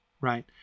right